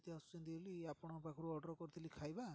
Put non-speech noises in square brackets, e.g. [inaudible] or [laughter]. [unintelligible] ଆସୁଛନ୍ତି ବୋଲି ଆପଣଙ୍କ ପାଖରୁ ଅର୍ଡ଼ର୍ କରିଥିଲି ଖାଇବା